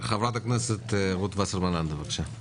חברת הכנסת רות וסרמן לנדה, בבקשה.